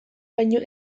baino